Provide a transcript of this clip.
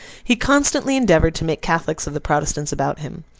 he constantly endeavoured to make catholics of the protestants about him.